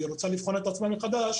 והיא רוצה לבחון את עצמה מחדש,